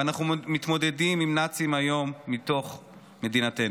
ואנחנו מתמודדים עם נאצים היום מתוך מדינתנו.